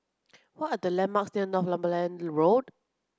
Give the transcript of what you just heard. what are the landmarks near Northumberland Road